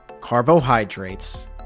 carbohydrates